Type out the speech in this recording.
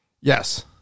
Yes